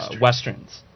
Westerns